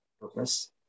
purpose